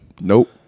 Nope